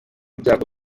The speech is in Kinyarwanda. ibyago